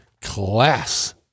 class